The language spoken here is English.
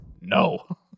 no